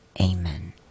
Amen